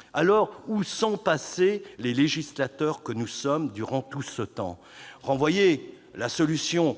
: où sont passés les législateurs que nous sommes pendant tout ce temps ? Renvoyer la solution